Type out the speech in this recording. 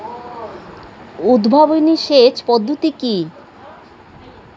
উদ্ভাবনী সেচ পদ্ধতি কি?